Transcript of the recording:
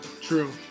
True